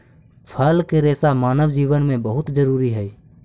फल के रेसा मानव जीवन में बहुत जरूरी हई